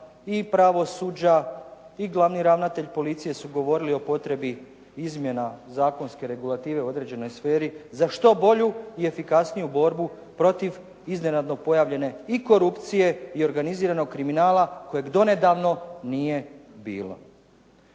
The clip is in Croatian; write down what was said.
i pravosuđa i glavni ravnatelj policije su govorili o potrebi izmjena zakonske regulative u određenoj sferi za što bolju i efikasniju borbu protiv iznenadno pojavljene i korupcije i organiziranog kriminala kojeg do nedavno nije bilo.